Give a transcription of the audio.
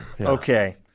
Okay